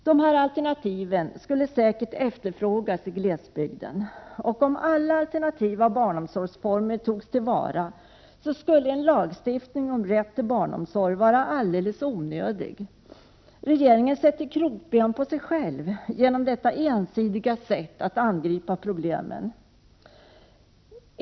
Dessa alternativ skulle säkert efterfrågas i glesbygden. Om alla alternativa barnomsorgsformer togs till vara, skulle en lagstiftning om rätt till barnomsorg vara alldeles onödig. Regeringen sätter krokben på sig själv genom detta ensidiga sätt att angripa problemen.